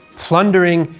plundering,